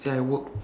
say I work